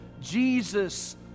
Jesus